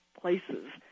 places